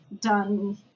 done